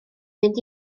fynd